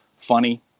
funny